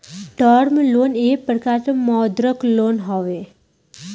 term loan एक प्रकार के मौदृक लोन हवे